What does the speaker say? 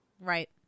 Right